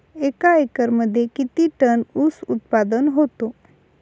एका एकरमध्ये किती टन ऊस उत्पादन होतो?